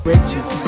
Riches